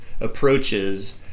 approaches